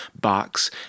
box